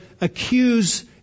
accuse